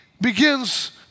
begins